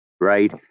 right